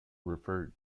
referred